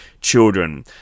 children